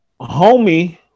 Homie